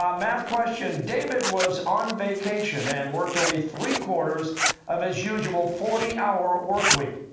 um math question david was on vacation and worked only three-quarters of his usual forty hour work week.